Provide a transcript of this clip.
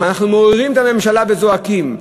אנחנו מעוררים את הממשלה וזועקים,